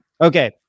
Okay